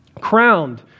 crowned